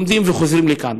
לומדים וחוזרים לכאן.